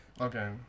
Okay